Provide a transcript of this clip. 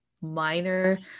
minor